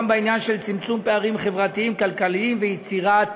בעניין של צמצום פערים חברתיים-כלכליים ויצירת